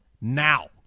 now